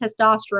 testosterone